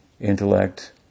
intellect